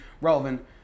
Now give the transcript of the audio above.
relevant